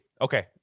okay